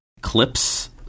clips